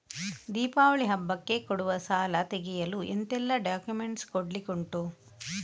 ದೀಪಾವಳಿ ಹಬ್ಬಕ್ಕೆ ಕೊಡುವ ಸಾಲ ತೆಗೆಯಲು ಎಂತೆಲ್ಲಾ ಡಾಕ್ಯುಮೆಂಟ್ಸ್ ಕೊಡ್ಲಿಕುಂಟು?